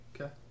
Okay